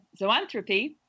zoanthropy